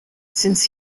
since